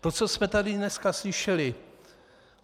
To, co jsme tady dneska slyšeli,